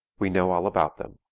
we know all about them.